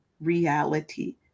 reality